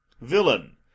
Villain